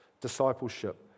discipleship